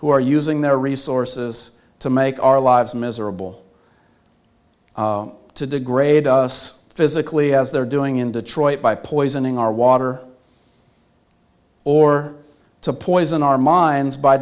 who are using their resources to make our lives miserable to degrade us physically as they're doing in detroit by poisoning our water or to poison our minds by